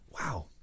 Wow